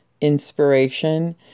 inspiration